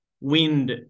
wind